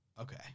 Okay